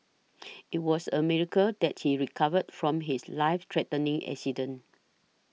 it was a miracle that he recovered from his life threatening accident